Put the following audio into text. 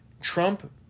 Trump